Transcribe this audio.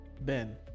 Ben